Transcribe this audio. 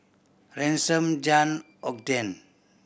Ransom Jann Ogden